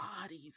bodies